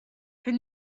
can